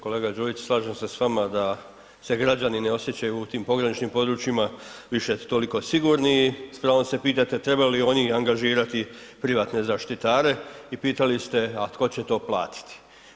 Kolega Đujić, slažem se s vama da se građani ne osjećaju u tim pograničnim područjima više toliko sigurni i s pravom se pitate trebaju li oni angažirati privatne zaštitare i pitali ste a tko će to platiti.